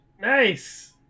Nice